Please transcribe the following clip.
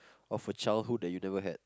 of a childhood that you never had